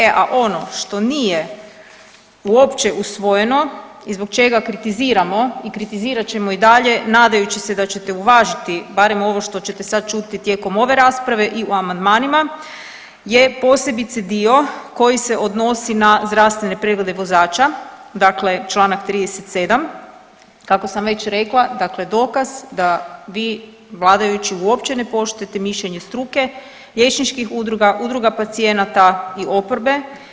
E a ono što nije uopće usvojeno i zbog čega kritiziramo i kritizirat ćemo i dalje nadajući se da ćete uvažiti barem ovo što ćete sad čuti tijekom ove rasprave i u amandmanima je posebice dio koji se odnosi na zdravstvene preglede vozača, dakle čl. 37. kako sam već rekla dakle dokaz da vi vladajući uopće ne poštujete mišljenje struke, liječničkih udruga, udruga pacijenata i oporbe.